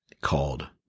called